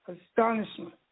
Astonishment